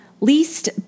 least